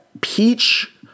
peach